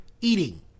eating